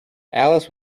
alice